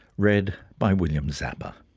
read by william zappa.